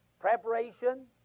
Preparation